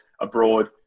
abroad